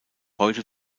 heute